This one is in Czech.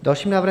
Další návrh.